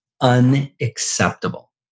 Unacceptable